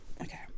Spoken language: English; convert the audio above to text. okay